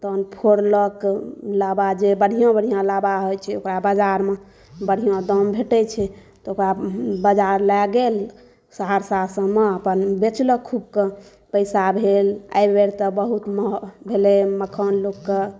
तहन फोड़लक लाबा जे बढ़िऑं बढ़िऑं लाबा होइ छै ओकरा बजारमे बढ़िऑं दाम भेटै छै तऽ ओकरा बजार लए गेल सहरसा सबमे अपन बेचलक खूब कऽ पैसा भेल एहिबेर तऽ बहुत भेलै मखान लोकके